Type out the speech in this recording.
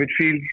midfield